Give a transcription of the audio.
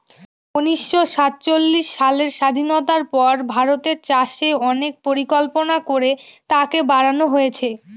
উনিশশো সাতচল্লিশ সালের স্বাধীনতার পর ভারতের চাষে অনেক পরিকল্পনা করে তাকে বাড়নো হয়েছে